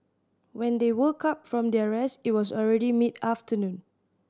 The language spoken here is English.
when they woke up from their rest it was already mid afternoon